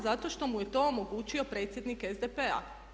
Zato što mu je to omogućio predsjednik SDP-a.